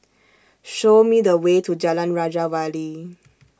Show Me The Way to Jalan Raja Wali